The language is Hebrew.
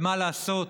ומה לעשות,